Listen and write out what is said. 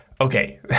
Okay